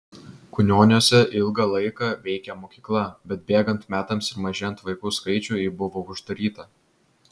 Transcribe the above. kunioniuose ilgą laiką veikė mokykla bet bėgant metams ir mažėjant vaikų skaičiui ji buvo uždaryta